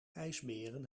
ijsberen